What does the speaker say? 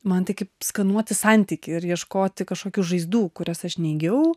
man tai kaip skanuoti santykį ir ieškoti kažkokių žaizdų kurias aš neigiau